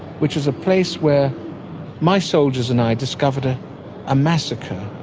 which is a place where my soldiers and i discovered ah a massacre.